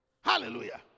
Hallelujah